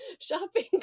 shopping